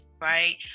right